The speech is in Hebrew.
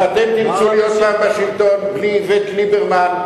אם אתם תרצו להיות פעם בשלטון בלי איווט ליברמן,